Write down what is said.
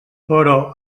però